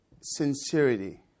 Sincerity